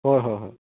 ꯍꯣꯏ ꯍꯣꯏ ꯍꯣꯏ